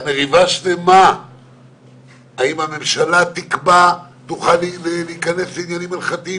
הייתה מריבה שלמה אם הממשלה תקבע ותוכל להיכנס לעניינים הלכתיים,